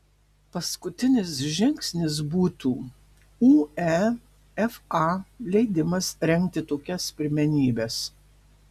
paskutinis žingsnis būtų uefa leidimas rengti tokias pirmenybes